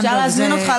אפשר להזמין אותך,